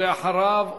אחריו,